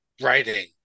Writing